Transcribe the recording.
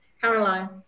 Caroline